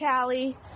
Callie